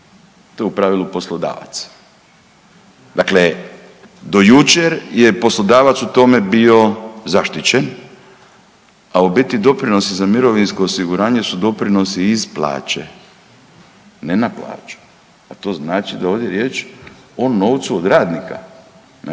to u pravilu poslodavac. Dakle do jučer je poslodavac u tome bio zaštićen, a u biti doprinosi za mirovinsko osiguranje su doprinosi iz plaće, ne na plaću, a to znači da je ovdje riječ o novcu od radnika, ne?